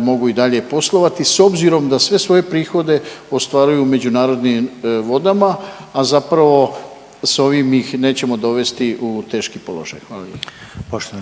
mogu i dalje poslovati s obzirom da sve svoje prihode ostvaruju u međunarodnim vodama, a zapravo sa ovim ih nećemo dovesti u teški položaj. Hvala lijepa.